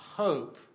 hope